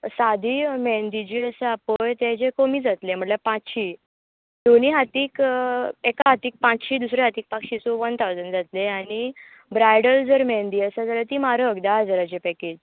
सादी म्हेंदी जी आसा पळय तेजे कमी जातले म्हणल्यार पांचशी दोनीय हातीक एका हातीक पांचशी दुसऱ्या हातीक पांचशी सो वान टावजंट जातले आनी ब्रायडल जर म्हेंदी आसा जाल्यार ती म्हारग धा हजाराची पॅकेज